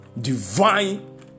divine